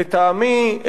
לטעמי,